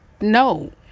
No